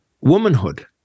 womanhood